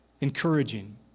encouraging